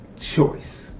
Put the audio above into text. choice